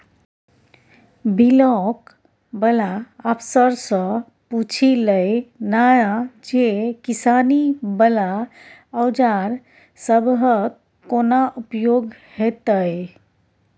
Block बला अफसरसँ पुछि लए ना जे किसानी बला औजार सबहक कोना उपयोग हेतै?